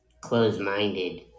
closed-minded